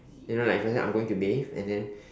you know like sometimes I'm going to bathe and then